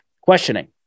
questioning